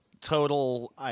total